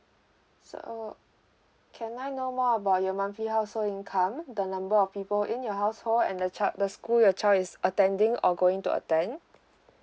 so can I know more about your monthly household income the number of people in your household and the child the school your child is attending or going to attend